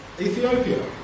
Ethiopia